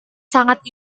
sangat